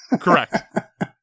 Correct